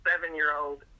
seven-year-old